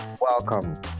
Welcome